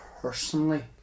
personally